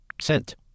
Sent